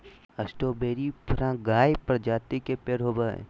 strawberry फ्रगार्य प्रजाति के पेड़ होव हई